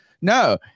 No